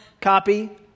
copy